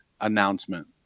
announcement